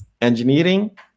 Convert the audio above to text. engineering